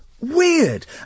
weird